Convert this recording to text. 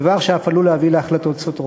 דבר שאף עלול להביא להחלטות סותרות.